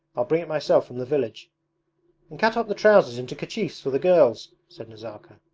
i'll bring it myself from the village and cut up the trousers into kerchiefs for the girls said nazarka.